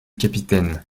capitaine